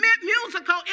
musical